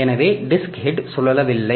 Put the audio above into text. எனவே disk head சுழலவில்லை